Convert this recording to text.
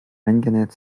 eingenäht